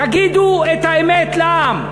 תגידו את האמת לעם.